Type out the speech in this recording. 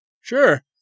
Sure